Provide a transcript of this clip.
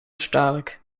stark